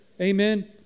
Amen